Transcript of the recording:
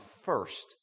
first